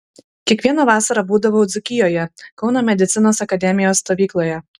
kiekvieną vasarą būdavau dzūkijoje kauno medicinos akademijos stovykloje